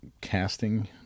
casting